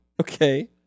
Okay